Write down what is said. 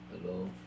Hello